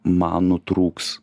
man nutrūks